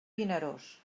vinaròs